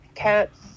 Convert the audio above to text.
Cats